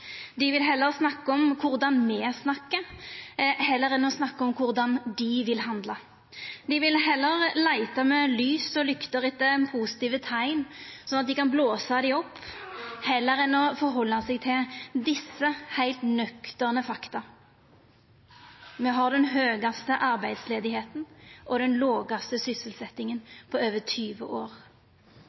Dei vil heller snakka om korleis me snakkar, heller enn å snakka om korleis dei vil handla. Dei vil heller leita med lys og lykt etter positive teikn, slik at dei kan blåsa dei opp, heller enn å halda seg til desse heilt nøkterne fakta: Me har den høgaste arbeidsløysa og den lågaste sysselsetjinga på over 20 år.